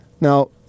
Now